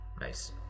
Nice